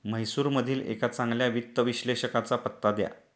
म्हैसूरमधील एका चांगल्या वित्त विश्लेषकाचा पत्ता द्या